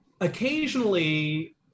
occasionally